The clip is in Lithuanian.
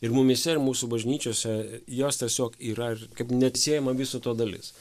ir mumyse ir mūsų bažnyčiose jos tiesiog yra ir kaip neatsiejama viso to dalis